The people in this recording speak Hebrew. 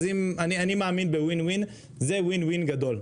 אני מאמין ב-win, win - זה גדול.